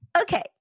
Okay